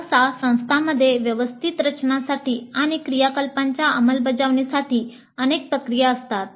सहसा संस्थांमध्ये व्यवस्थित रचनासाठी आणि क्रियाकलापांच्या अंमलबजावणीसाठी अनेक प्रक्रिया असतात